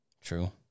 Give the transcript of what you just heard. True